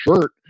shirt